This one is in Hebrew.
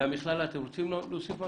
מהמכללה, אתם רוצים להוסיף משהו?